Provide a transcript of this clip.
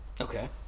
Okay